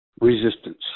resistance